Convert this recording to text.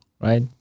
right